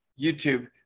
YouTube